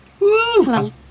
Hello